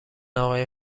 آقای